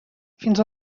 fins